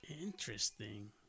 Interesting